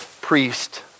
priest